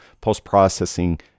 post-processing